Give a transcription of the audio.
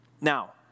Now